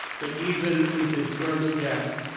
but even with this early death,